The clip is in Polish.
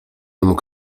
mógł